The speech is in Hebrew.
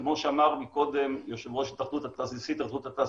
וכמו שאמר מקודם נשיא התאחדות התעשיינים,